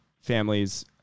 families